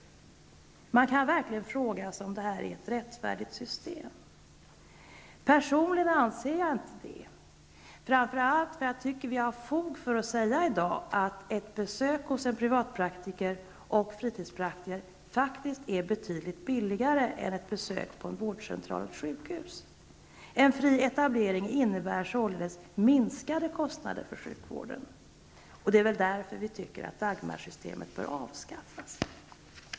Man kan verkligen fråga sig om detta är ett rättfärdigt system. Personligen anser jag inte det, framför allt därför att jag anser att vi i dag har fog för att säga att ett besök hos en privatpraktiker och fritidspraktiker faktiskt är betydligt billigare än ett besök på en vårdcentral eller ett sjukhus. En fri etablering innebär således minskade kostnader för sjukvården. Därför bör Dagmarsystemet avskaffas.